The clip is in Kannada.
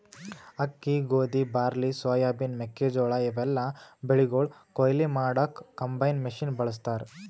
ಅಕ್ಕಿ ಗೋಧಿ ಬಾರ್ಲಿ ಸೋಯಾಬಿನ್ ಮೆಕ್ಕೆಜೋಳಾ ಇವೆಲ್ಲಾ ಬೆಳಿಗೊಳ್ ಕೊಯ್ಲಿ ಮಾಡಕ್ಕ್ ಕಂಬೈನ್ ಮಷಿನ್ ಬಳಸ್ತಾರ್